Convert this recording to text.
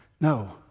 No